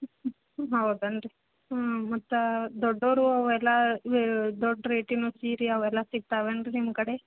ಹ್ಞೂ ಹ್ಞೂ ಹ್ಞೂ ಹೌದನ್ರಿ ಹ್ಞೂ ಮತ್ತೆ ದೊಡ್ಡವರ ಅವೆಲ್ಲಾ ದೊಡ್ಡ ರೇಟಿನ ಸೀರೆ ಅವೆಲ್ಲಾ ಸಿಗ್ತವೆ ಏನು ರಿ ನಿಮ್ಮ ಕಡೆ